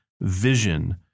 vision